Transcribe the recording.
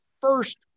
First